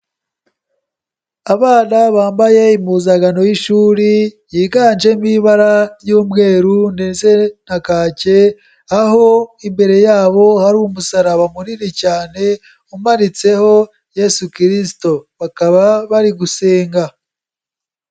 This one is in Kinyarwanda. Abana bambaye impuzankano y'ishuri yiganjemo ibara ry'umweru ndetse na kake, aho imbere yabo hari umusaraba munini cyane umanitseho Yesu Kristo. Bakaba bari gusenga.